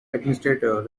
administrator